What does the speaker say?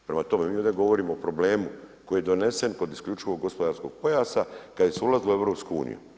Prema tome, mi ovdje govorimo o problemu koji je donesen kod isključivog gospodarskog pojasa kad se ulazilo u EU.